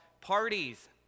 parties